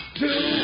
two